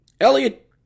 Elliot